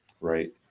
right